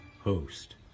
host